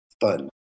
fun